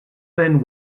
then